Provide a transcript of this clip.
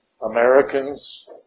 Americans